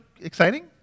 exciting